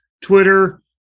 Twitter